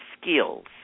skills